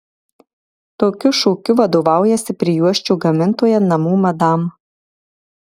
tokiu šūkiu vadovaujasi prijuosčių gamintoja namų madam